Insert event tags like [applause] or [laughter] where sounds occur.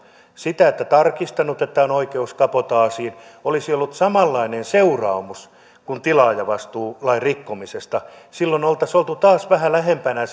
sitä että on tarkistanut että on oikeus kabotaasiin olisi ollut samanlainen seuraamus kuin tilaajavastuulain rikkomisesta silloin oltaisiin oltu taas vähän lähempänä [unintelligible]